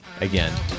again